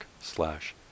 slash